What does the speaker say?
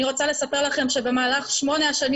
אני רוצה לספר לכם שבמהלך שמונה השנים